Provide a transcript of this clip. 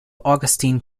augustine